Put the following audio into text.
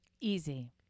easy